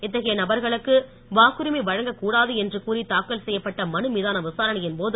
இத்தகைய நபர்களுக்கு வாக்குரிமை வழங்கக் கூடாது என்று கூறி தாக்கல் செய்யப்பட்ட மனுமீதான விசாரணையின் போது